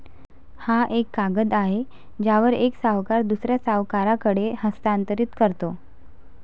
हा एक कागद आहे ज्यावर एक सावकार दुसऱ्या सावकाराकडे हस्तांतरित करतो